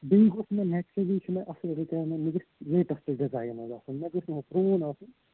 بیٚیہِ گوٚژھ مےٚ اٮ۪کچٕوٕلی چھِ مےٚ اَصٕل رٕکایَرمٮ۪نٛٹ مےٚ گٔژھۍ لیٹَسٹ ڈِزایِن منٛز آسُن مےٚ گٔژھ نہٕ ہُہ پرٛون آسُن